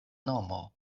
nomo